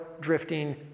drifting